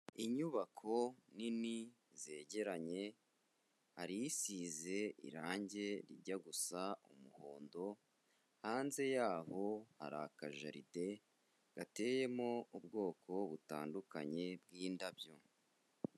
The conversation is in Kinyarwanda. Inyubako nini zegeranye hari isize irangi rijya gusa umuhondo, hanze yaho hari akajaride gateyemo ubwoko butandukanye bw'indabyo.